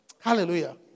Hallelujah